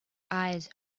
eyes